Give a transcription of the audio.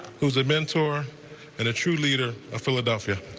who is a mentor and a true leader of philadelphia.